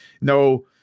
no